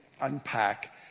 unpack